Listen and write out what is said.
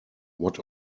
what